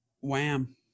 Wham